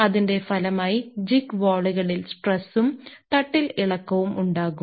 അതിന്റെ ഫലമായി ജിഗ്ഗ് വാളുകളിൽ സ്ട്രെസും തട്ടിൽ ഇളക്കവും ഉണ്ടാകും